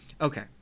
Okay